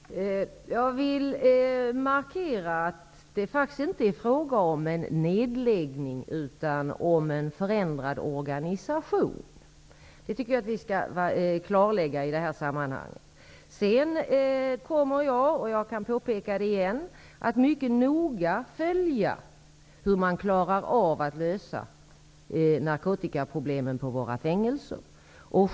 Herr talman! Jag vill markera att det faktiskt inte är fråga om nedläggning utan om en förändrad organisation. Det tycker jag skall klarläggas i detta sammanhang. Sedan kommer jag, vilket jag kan påpeka igen, att mycket noga följa hur man klarar av att lösa narkotikaproblemen på våra fängelser.